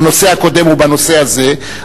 בנושא הקודם ובנושא הזה,